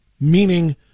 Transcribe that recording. meaning